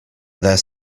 there